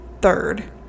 third